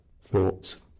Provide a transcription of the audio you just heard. Thoughts